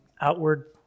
outward